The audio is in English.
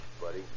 buddy